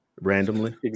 randomly